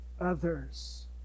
others